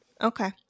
Okay